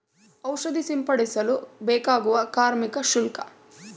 ಔಷಧಿ ಸಿಂಪಡಿಸಲು ಬೇಕಾಗುವ ಕಾರ್ಮಿಕ ಶುಲ್ಕ?